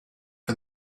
for